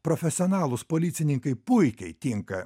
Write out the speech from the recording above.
profesionalūs policininkai puikiai tinka